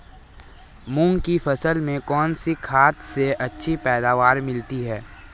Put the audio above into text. मूंग की फसल में कौनसी खाद से अच्छी पैदावार मिलती है?